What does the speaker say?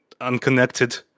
unconnected